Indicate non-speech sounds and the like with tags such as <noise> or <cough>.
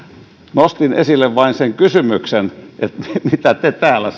nostin esille vain sen kysymyksen että mitä me täällä <unintelligible>